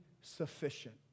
sufficient